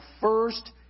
first